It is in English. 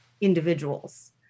individuals